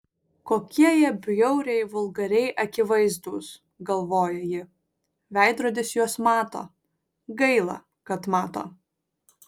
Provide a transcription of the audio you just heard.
kokie jie bjauriai vulgariai akivaizdūs galvoja ji veidrodis juos mato gaila kad mato